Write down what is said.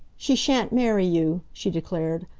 she shan't marry you! she declared.